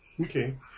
Okay